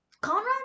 Conrad